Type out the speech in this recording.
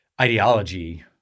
ideology